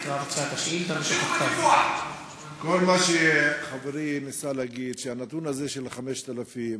אדוני סגן השר, זה נתון של,